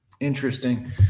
Interesting